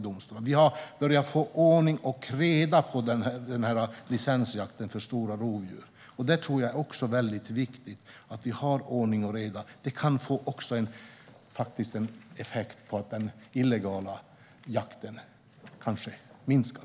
Det har börjat att bli ordning och reda i licensjakten för stora rovdjur. Det är viktigt med ordning och reda. Det kan faktiskt ha den effekten på den illegala jakten att den minskar.